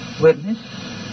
witness